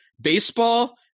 baseball